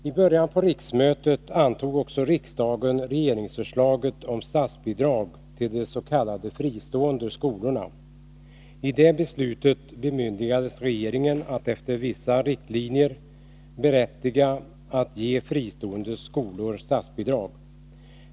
I början av riksmötet antog riksdagen regeringsförslaget om statsbidrag till des.k. fristående skolorna. I det beslutet bemyndigades regeringen att efter vissa riktlinjer vara berättigad att ge fristående skolor statsbidrag.